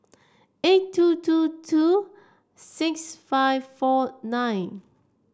eight two two two six five four nine